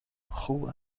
خوب